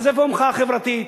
אז איפה המחאה החברתית?